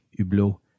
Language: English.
Hublot